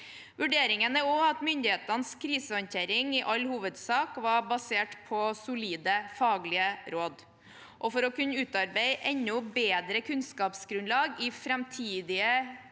Vurderingen er også at myndighetenes krisehåndtering i all hovedsak var basert på solide faglige råd. For å kunne utarbeide enda bedre kunnskapsgrunnlag i framtidig